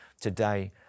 today